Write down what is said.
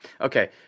Okay